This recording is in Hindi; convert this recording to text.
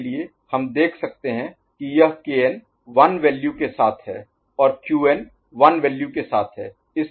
और Rn के लिए हम देख सकते हैं कि यह Kn 1 वैल्यू के साथ है और Qn 1 वैल्यू के साथ है इसलिए यह Kn Qn है